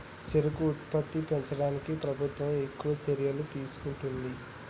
చెరుకు ఉత్పత్తి పెంచడానికి ప్రభుత్వం ఎక్కువ చర్యలు తీసుకుంటుంది